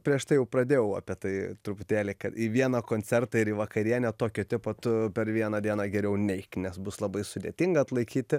prieš tai jau pradėjau apie tai truputėlį kad į vieną koncertą ir į vakarienę tokio tipo tu per vieną dieną geriau neik nes bus labai sudėtinga atlaikyti